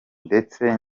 ndetse